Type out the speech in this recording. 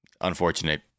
unfortunate